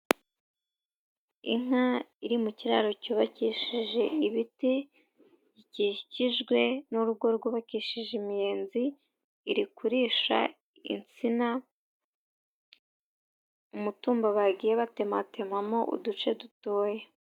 Inka iri mu kiraro cyubakishije ibiti bikikijwe n'urugo rwubakishije imiyenzi, iri kurisha insina, umutumba bagiye batematemamo uduce dutoya.